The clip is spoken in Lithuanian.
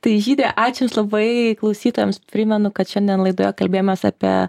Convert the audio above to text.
tai žydre ačiū jums labai klausytojams primenu kad šiandien laidoje kalbėjomės apie